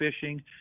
fishing